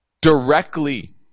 directly